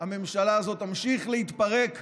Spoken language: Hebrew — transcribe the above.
הממשלה הזאת תמשיך להתפרק,